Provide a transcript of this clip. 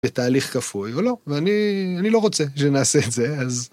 בתהליך כפוי, ולא, ואני לא רוצה שנעשה את זה, אז...